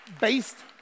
Based